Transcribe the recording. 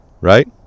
right